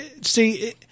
See